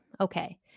Okay